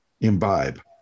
Imbibe